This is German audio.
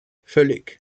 völlig